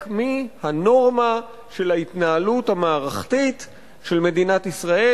מהנורמה של ההתנהלות המערכתית של מדינת ישראל,